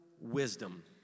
wisdom